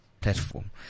platform